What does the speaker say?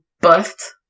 bust